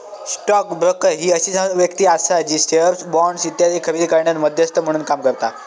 stock broker ही अशी व्यक्ती आसा जी शेअर्स, बॉण्ड्स इत्यादी खरेदी करण्यात मध्यस्थ म्हणून काम करता